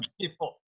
people